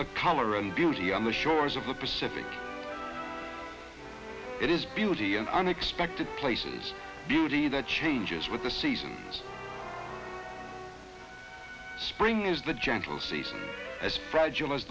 the color and beauty on the shores of the pacific it is beauty in unexpected places beauty that changes with the seasons spring is the gentle season as fragile as